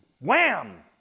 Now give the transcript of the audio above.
wham